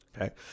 Okay